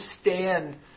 stand